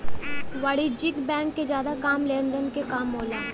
वाणिज्यिक बैंक क जादा काम लेन देन क काम होला